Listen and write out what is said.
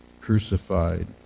crucified